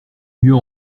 mieux